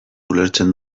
ulertzen